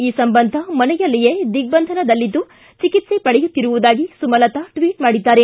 ಈ ಸಂಬಂಧ ಮನೆಯಲ್ಲಿಯೇ ದಿಗ್ಟಂಧನದಲ್ಲಿದ್ದು ಚಿಕಿತ್ಸೆ ಪಡೆಯುತ್ತಿರುವುದಾಗಿ ಸುಮಲತಾ ಟ್ವಟ್ ಮಾಡಿದ್ದಾರೆ